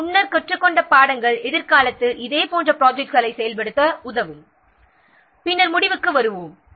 நாம் முன்னர் கற்றுக்கொண்ட பாடங்கள் எதிர்காலத்தில் இதே போன்ற ப்ராஜெக்ட்களை செயல்படுத்த உதவும் பின்னர் முடிவுக்கு வருவோம்